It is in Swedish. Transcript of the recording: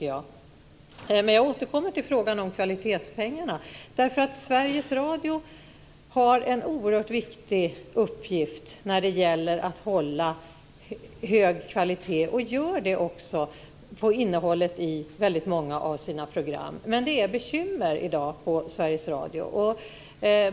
Jag återkommer till frågan om kvalitetspengarna. Sveriges Radio har en oerhört viktig uppgift i att hålla hög kvalitet - och gör det också när det gäller innehållet i många av sina program. Men det finns bekymmer i dag på Sveriges Radio.